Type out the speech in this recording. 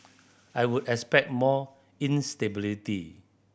I would expect more instability